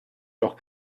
noch